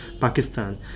pakistan